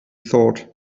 thought